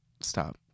Stop